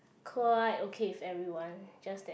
quite okay with everyone just that